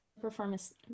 performance